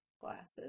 Glasses